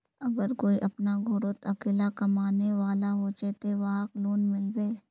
अगर कोई अपना घोरोत अकेला कमाने वाला होचे ते वहाक लोन मिलबे?